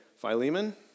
Philemon